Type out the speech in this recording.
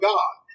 God